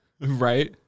Right